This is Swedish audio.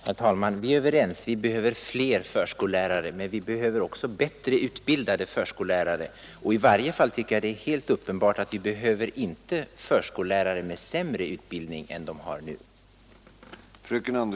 Herr talman! Vi är överens om att det behövs fler förskollärare. Men vi behöver också bättre utbildade förskollärare. I varje fall är det helt uppenbart att vi inte behöver förskollärare med sämre utbildning än den nuvarande.